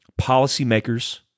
policymakers